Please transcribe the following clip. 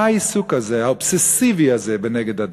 מה העיסוק האובססיבי הזה נגד הדת?